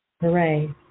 Hooray